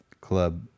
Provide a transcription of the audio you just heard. club